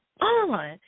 on